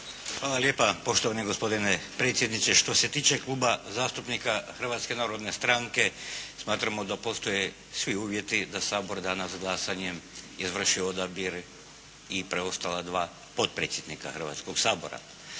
Hvala lijepa poštovani gospodine predsjedniče. Što se tiče Kluba zastupnika Hrvatske narodne stranke, smatramo da postoje svi uvjeti da Sabor danas glasanjem izvrši odabir i preostala dva potpredsjednika Hrvatskog sabora,